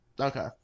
Okay